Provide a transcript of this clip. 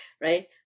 right